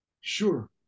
Sure